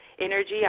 energy